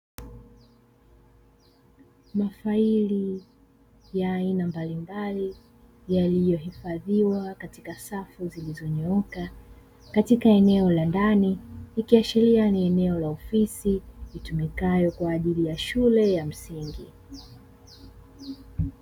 Mafaili ya aina mbalimbali yaliyohifadhiwa katika safu zilizonyooka katika eneo la ndani ikiashilia ni eneo la ofisi litumikalo kwa ajiri ya shule ya msingi .